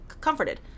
comforted